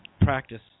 practice